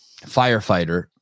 firefighter